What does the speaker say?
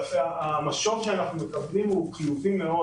המשוב שאנחנו מקבלים הוא חיובי מאוד.